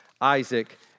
Isaac